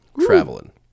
traveling